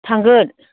थांगोन